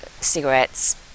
cigarettes